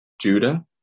Judah